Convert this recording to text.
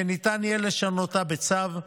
שניתן יהיה לשנותה בצו,